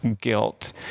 guilt